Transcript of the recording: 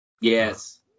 Yes